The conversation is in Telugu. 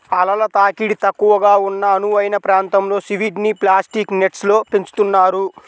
అలల తాకిడి తక్కువగా ఉన్న అనువైన ప్రాంతంలో సీవీడ్ని ప్లాస్టిక్ నెట్స్లో పెంచుతున్నారు